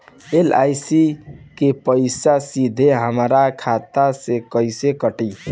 LIC के पईसा सीधे हमरा खाता से कइसे कटी?